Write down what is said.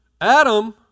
Adam